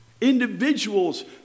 Individuals